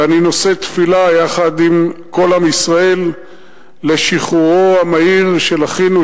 ואני נושא תפילה יחד עם כל עם ישראל לשחרורו המהיר של אחינו,